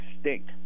stink